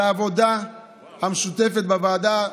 על העבודה המשותפת בוועדה.